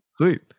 sweet